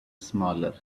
smaller